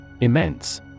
Immense